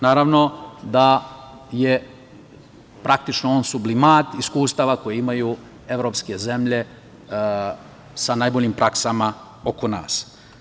Naravno da je praktično on sublimat iskustava koje imaju evropske zemlje sa najboljim praksama oko nas.